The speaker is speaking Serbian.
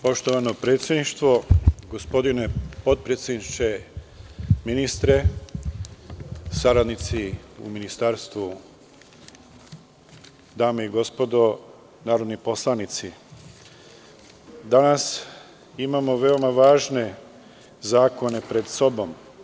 Poštovano predsedništvo, gospodine potpredsedniče, ministre, saradnici u Ministarstvu, dame i gospodo narodni poslanici, danas imamo veoma važne zakone pred sobom.